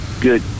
good